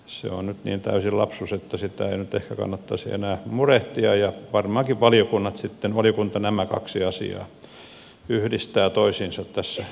se on nyt niin täysi lapsus että sitä ei nyt ehkä kannattaisi enää murehtia ja varmaankin valiokunta sitten nämä kaksi asiaa yhdistää toisiinsa tässä asian viimeistelyssä